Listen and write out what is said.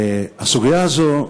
הסוגיה הזאת,